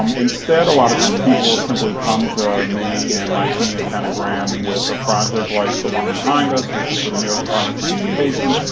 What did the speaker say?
um instead, a lot of times people will simply come to me and my team at pentagram with a project like the one behind us, which was for the new york department of transportation,